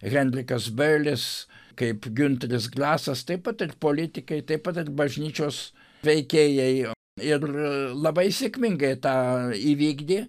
henrikas biolis kaip giunteris grasas taip pat ir politikai taip pat ir bažnyčios veikėjai ir labai sėkmingai tą įvykdė